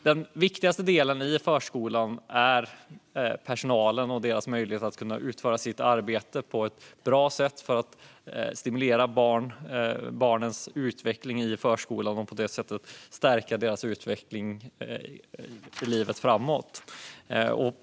Den viktigaste delen i förskolan är personalen och deras möjlighet att utföra sitt arbete på ett bra sätt för att stimulera barnens utveckling och på det sättet stärka dem för livet framåt.